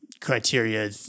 criteria